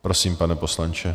Prosím, pane poslanče.